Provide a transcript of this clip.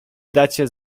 dacie